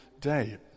day